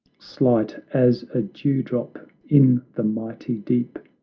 slight as a dewdrop in the mighty deep,